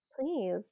please